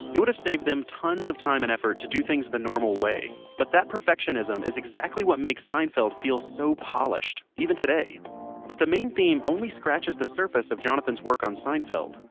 it would have saved tons of time and effort to do things the normal way. but that perfectionism is exactly what makes seinfeld feel so polished, even today but the main theme only scratches the surface of jonathan's work on seinfeld.